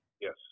Yes